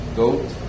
goat